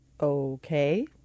Okay